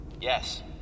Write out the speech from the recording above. Yes